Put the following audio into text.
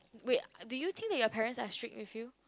wait do you think that your parents are strict with you